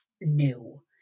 new